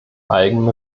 eigenen